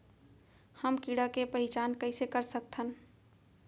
हम कीड़ा के पहिचान कईसे कर सकथन